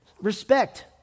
respect